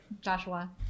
joshua